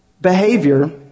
behavior